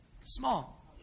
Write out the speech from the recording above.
small